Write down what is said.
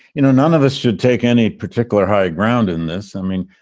you know, none of us should take any particular high ground in this. i mean,